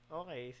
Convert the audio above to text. okay